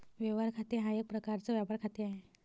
व्यवहार खाते हा एक प्रकारचा व्यापार खाते आहे